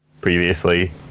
previously